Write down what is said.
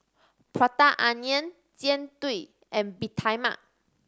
Prata Onion Jian Dui and Bee Tai Mak